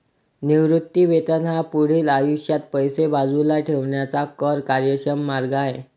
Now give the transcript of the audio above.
निवृत्ती वेतन हा पुढील आयुष्यात पैसे बाजूला ठेवण्याचा कर कार्यक्षम मार्ग आहे